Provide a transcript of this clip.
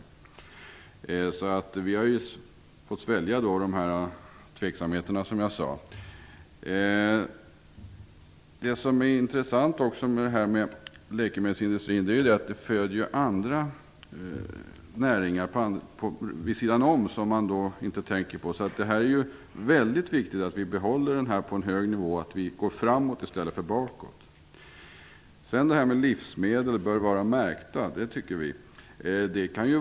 I stället har vi fått svälja tveksamheterna här, som jag sade. Det som också är intressant med läkemedelsindustrin är ju att andra näringar därmed föds vid sidan av -- något som man kanske inte tänker på. Det är alltså väldigt viktigt att vi behåller en hög nivå här och att vi går framåt i stället för bakåt. Sedan till frågan om att livsmedel bör vara märkta. Det tycker vi att de skall vara.